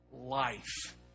life